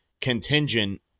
contingent